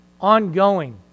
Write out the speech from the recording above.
ongoing